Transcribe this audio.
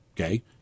Okay